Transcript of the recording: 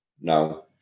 now